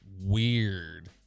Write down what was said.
weird